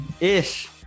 Ish